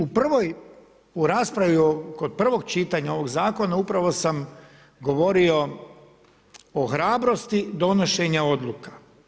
U raspravi kod prvog čitanja ovog Zakona upravo sam govorio o hrabrosti donošenja odluka.